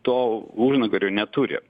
to užnugario neturi